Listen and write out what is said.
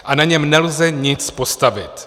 A na něm nelze nic postavit.